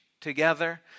together